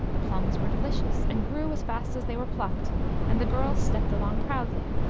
the plums were delicious, and grew as fast as they were plucked and the girls stepped along proudly,